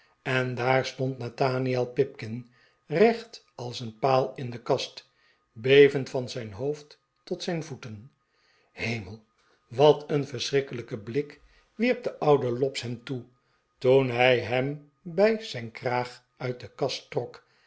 en daar stond nathaniel pipkin recht als een paal in de kast bevend van zijn hoofd tot zijn voeten hemel wat een verschrikkelijken blik wierp de oude lobbs hem toe toen hij hem bij zijn kraag uit de kast trok